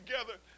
together